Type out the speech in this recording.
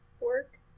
work